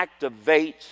activates